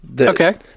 Okay